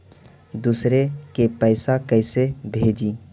दुसरे के पैसा कैसे भेजी?